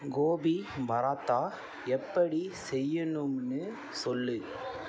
கோபி பராத்தா எப்படிச் செய்யணும்னு சொல்